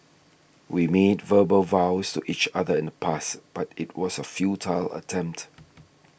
we made verbal vows to each other in the past but it was a futile attempt